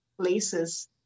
places